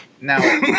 Now